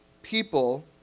people